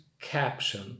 caption